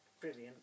brilliant